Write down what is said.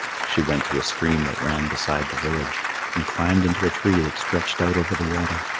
she went to a stream that ran beside the village, and climbed into a tree that stretched out over the water.